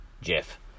Jeff